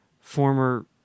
former